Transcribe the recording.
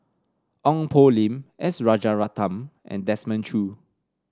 Ong Poh Lim S Rajaratnam and Desmond Choo